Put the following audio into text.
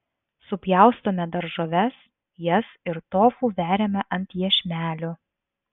supjaustome daržoves jas ir tofu veriame ant iešmelių